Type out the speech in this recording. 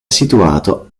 situato